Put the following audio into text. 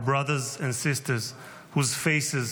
our brothers and sisters who's faces